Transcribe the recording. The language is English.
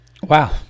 Wow